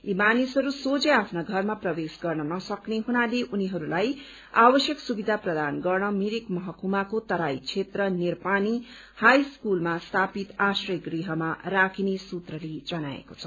यी मानिसहरू सोझै आफ्ना घरमा प्रवेश गर्न नसक्ने हुनाले उनीहरूलाई आवश्यक सुविधा प्रदान गर्न मिरिक महकुमाको तराई क्षेत्र निरपानी हाई स्कूलमा स्थापित आश्रय गृहमा राखिने सूत्रले जनाएको छ